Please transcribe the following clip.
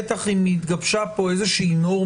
בטח אם התגבשה פה איזה נורמה,